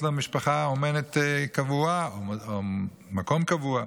לו משפחה אומנת קבועה או מקום קבוע.